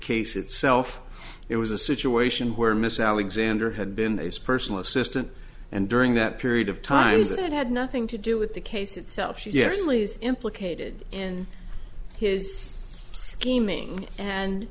case itself it was a situation where miss alexander had been a personal assistant and during that period of times it had nothing to do with the case itself she actually is implicated in his scheming and